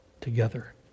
together